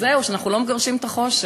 אז זהו, שאנחנו לא מגרשים את החושך.